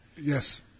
Yes